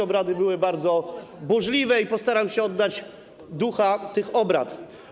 Obrady były bardzo burzliwe i postaram się oddać ducha tych obrad.